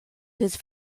whose